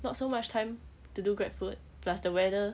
not so much time to do grab food plus the weather